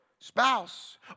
spouse